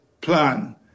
plan